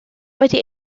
wedi